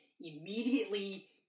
immediately